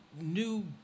new